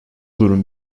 durum